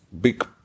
big